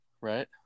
right